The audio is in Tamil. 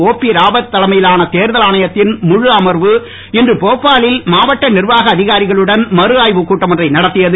ஓபிராவத் தலைமையிலான தேர்தல் ஆணையத்தின் முழு அமர்வு இன்று போபாளில் மாவட்ட நிர்வாக அதிகாரிகளுடன் மறுஆய்வுக் கூட்டம் ஒன்றை நடத்தியது